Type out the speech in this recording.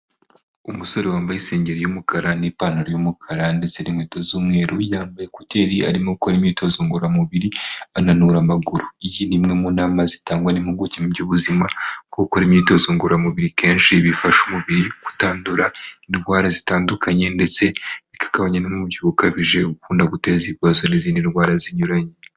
Umusore wambaye isengeri y'umukara n'ipantaro y'umukara ndetse n'inkweto z'umweru, yambaye kuteri, arimo akora imyitozo ngororamubiri ananura amaguru. Iyi ni imwe mu nama zitangwa n'impuguke mu by'ubuzima, kuko gukora imyitozo ngororamubiri kenshi bifasha umubiri kutandura indwara zitandukanye, ndetse bi bikagabanya n'umubyibuho ukabije, ukunda guteza ibibazo n'izindi ndwara zinyuranye.